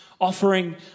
Offering